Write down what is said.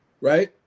Right